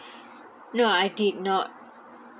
ya I did not